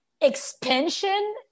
expansion